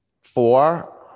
four